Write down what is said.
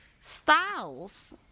Styles